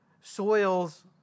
soils